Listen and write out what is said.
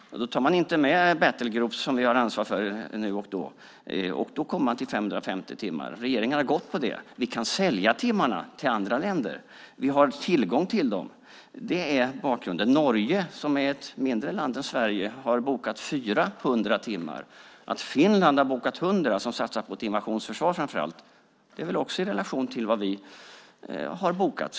Man tar inte med battle groups , som vi har ansvar för nu och då. Då kommer man fram till 550 timmar. Regeringen har gått på det. Vi kan sälja timmarna till andra länder. Vi har tillgång till dem. Detta är bakgrunden. Norge, som är ett mindre land än Sverige, har bokat 400 timmar. Finland, som framför allt satsar på ett invasionsförsvar, har bokat 100 timmar. Det är väl också i relation till vad vi har bokat.